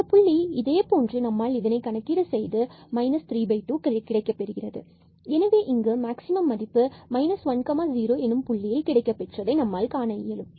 இந்த புள்ளி இதே போன்று நம்மால் இதை கணக்கீடு செய்து 32 கிடைக்கப்பெறுகிறது எனவே இங்கு மேக்ஸிமம் மதிப்பு 10 இந்த புள்ளியில் கிடைக்கப் பெற்றதை நம்மால் காண இயலும்